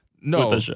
No